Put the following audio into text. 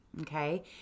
okay